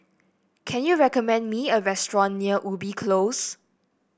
can you recommend me a restaurant near Ubi Close